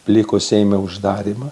liko seime uždarymą